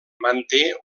manté